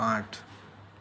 આઠ